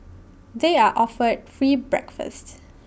they are offered free breakfasts